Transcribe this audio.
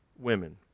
women